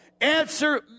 Answer